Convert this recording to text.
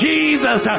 Jesus